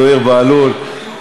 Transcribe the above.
זוהיר בהלול,